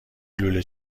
لوله